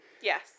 Yes